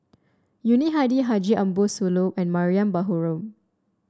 Yuni Hadi Haji Ambo Sooloh and Mariam Baharom